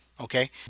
Okay